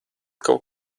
kaut